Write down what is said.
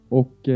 och